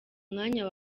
mwanya